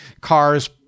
cars